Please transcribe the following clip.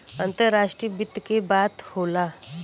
अंतराष्ट्रीय वित्त के बात होला